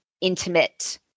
intimate